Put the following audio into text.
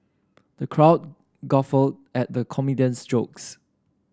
the crowd guffawed at the comedian's jokes